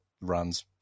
runs